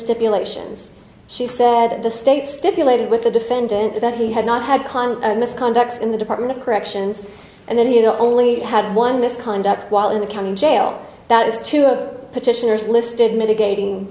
stipulations she said that the state stipulated with the defendant that he had not had climbed misconducts in the department of corrections and then you only had one misconduct while in the county jail that is two of petitioners listed mitigating